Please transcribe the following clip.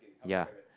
ya